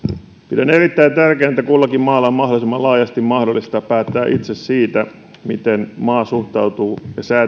pidän erittäin tärkeänä että kullakin maalla on mahdollisimman laajasti mahdollisuus päättää itse siitä miten maa suhtautuu